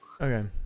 Okay